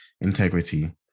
integrity